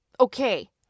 Okay